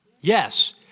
Yes